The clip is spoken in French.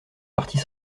partie